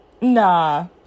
nah